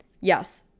Yes